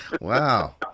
Wow